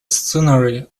scenery